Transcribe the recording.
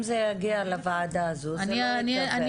אם זה יגיע לוועדה הזו, זה לא ייקבר.